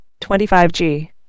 25G